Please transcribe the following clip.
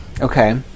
Okay